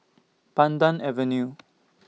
Pandan Avenue